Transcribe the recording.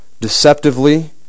Deceptively